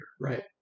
Right